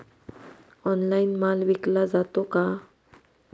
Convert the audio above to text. Online माल विकला जातो का?